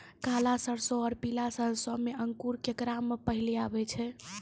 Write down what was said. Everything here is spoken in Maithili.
काला सरसो और पीला सरसो मे अंकुर केकरा मे पहले आबै छै?